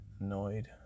annoyed